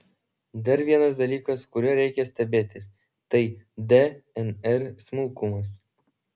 dar vienas dalykas kuriuo reikia stebėtis tai dnr smulkumas